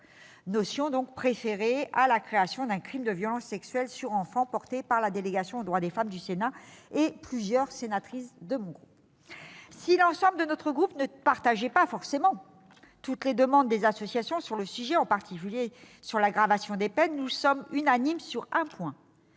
a été préférée à la création d'un crime de violence sexuelle sur enfant soutenue par la délégation aux droits des femmes du Sénat et plusieurs sénatrices du groupe CRCE. Si l'ensemble de mon groupe ne partageait pas forcément toutes les demandes des associations sur le sujet, en particulier l'aggravation des peines, nous sommes unanimes sur un point